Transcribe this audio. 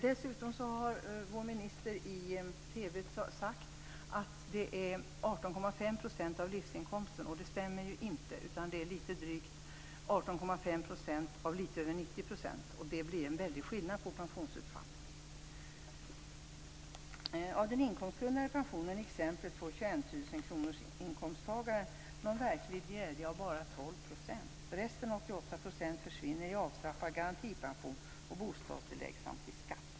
Dessutom har vår minister i TV sagt att det är 18,5 % av livsinkomsten. Det stämmer ju inte. Det är litet drygt 18,5 % av litet över 90 %, och det blir en väldig skillnad i pensionsutfallet. 21 000-inkomsttagaren någon verklig glädje av bara 12 %. Resten, 88 %, försvinner i avtrappad garantipension och bostadstillägg samt i skatt.